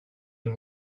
and